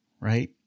right